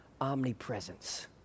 omnipresence